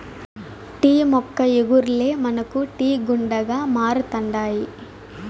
tea మొక్క ఇగుర్లే మనకు టీ గుండగా మారుతండాయి